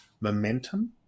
momentum